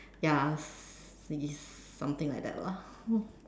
ya it's something like that lah